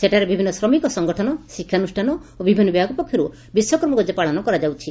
ସେଠାରେ ବିଭିନ୍ନ ଶ୍ରମିକ ସଂଗଠନ ଶିକ୍ଷାନୁଷ୍ଠାନ ଓ ବିଭିନ ବିଭାଗ ପକ୍ଷରୁ ବିଶ୍ୱକର୍ମାପୂକା ପାଳନ କରାଯାଉଛି